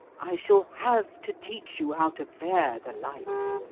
i shall have to teach you how to bear the light.